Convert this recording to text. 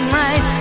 right